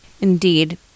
Indeed